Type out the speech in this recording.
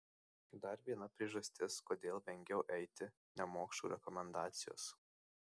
dar viena priežastis kodėl vengiau eiti nemokšų rekomendacijos